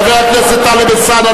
חברי הכנסת טלב אלסאנע,